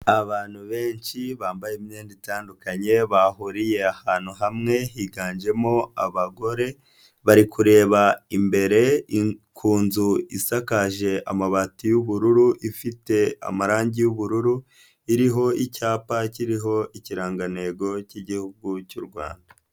Abantu benshi bambaye imyenda itandukanye bahuriye ahantu hamwe. Higanjemo abagore bari kureba imbere ku nzu isakaje amabati y'ubururu ifite amarangi y'ubururu. Iriho icyapa kiriho ikirangantego cy'Igihugu cy'u Rwanda.